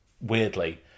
weirdly